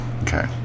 okay